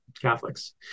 Catholics